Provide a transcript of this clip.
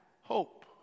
hope